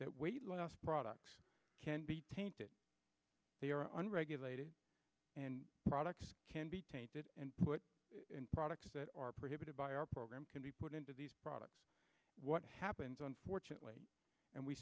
that weight loss products can be tainted they are unregulated and products can be tainted and put in products that are prohibited by our program can be put into these products what happens unfortunately and we